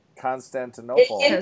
Constantinople